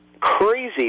crazy